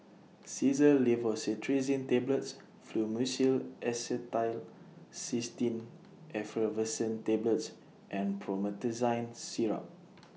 Xyzal Levocetirizine Tablets Fluimucil Acetylcysteine Effervescent Tablets and Promethazine Syrup